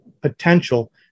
potential